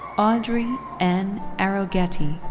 audrey n arogeti.